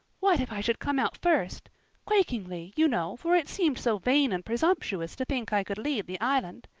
what if i should come out first quakingly, you know, for it seemed so vain and presumptuous to think i could lead the island.